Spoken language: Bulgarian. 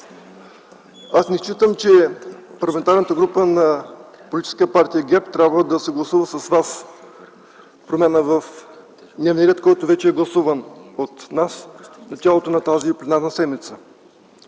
аз не считам, че Парламентарната група на политическа партия ГЕРБ трябва да съгласува с вас промяна в дневния ред, който вече е гласуван от нас в началото на тази пленарна седмица.